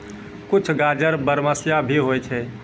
कुछ गाजर बरमसिया भी होय छै